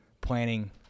planning